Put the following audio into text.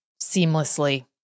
seamlessly